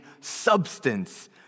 substance